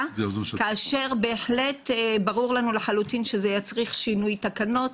כאשר ברור לנו שזה יצריך שינוי תקנות.